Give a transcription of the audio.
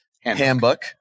Handbook